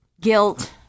guilt